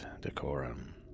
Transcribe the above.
decorum